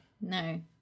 No